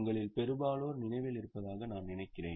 உங்களில் பெரும்பாலோர் நினைவில் இருப்பதாக நான் நினைக்கிறேன்